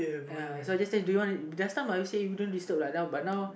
ya so I just tell do you last time I always say you don't disturb uh but now